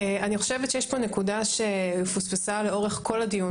איך שהאיגוד רואה את זה,